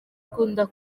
ukunda